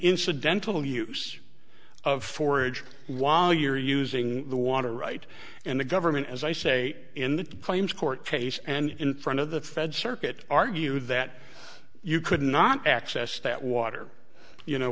in dental use of forage while you're using the water right and the government as i say in the claims court case and in front of the fed circuit argued that you could not access that water you know